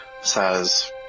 says